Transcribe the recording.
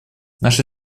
наша